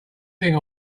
thing